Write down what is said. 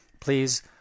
please